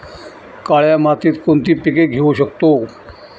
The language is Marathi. काळ्या मातीत कोणती पिके घेऊ शकतो?